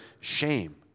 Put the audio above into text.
shame